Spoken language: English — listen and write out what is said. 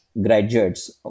graduates